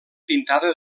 pintada